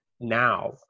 now